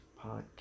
podcast